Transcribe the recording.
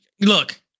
look